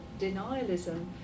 denialism